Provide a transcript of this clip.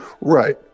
Right